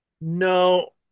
no